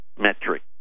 metric